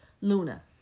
Luna